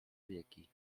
wieki